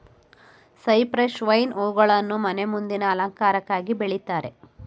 cypress vine ಹೂಗಳನ್ನು ಮನೆ ಮುಂದಿನ ಅಲಂಕಾರಕ್ಕಾಗಿ ಬೆಳಿತಾರೆ